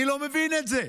אני לא מבין את זה,